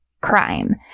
crime